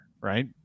right